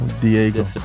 Diego